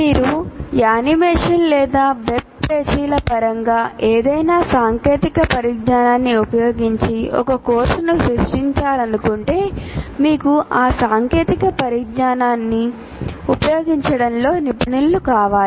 మీరు యానిమేషన్లు లేదా వెబ్ పేజీల పరంగా ఏదైనా సాంకేతిక పరిజ్ఞానాన్ని ఉపయోగించి ఒక కోర్సును సృష్టించాలనుకుంటే మీకు ఆ సాంకేతిక పరిజ్ఞానాన్ని ఉపయోగించడంలో నిపుణులు కావాలి